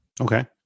Okay